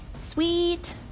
Sweet